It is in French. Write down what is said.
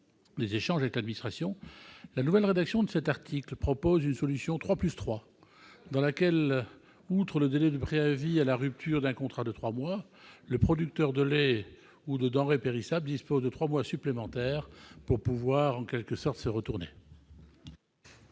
des échanges avec l'administration, la nouvelle rédaction de cet amendement propose une solution « 3+3 », selon laquelle, outre le délai de préavis à la rupture d'un contrat de trois mois, le producteur de lait ou de denrées périssables dispose de trois mois supplémentaires pour pouvoir, en quelque sorte, se retourner.